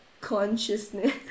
Consciousness